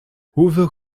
hoeveel